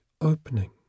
opening